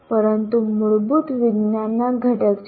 પરંતુ મૂળભૂત વિજ્ઞાનના ઘટક છે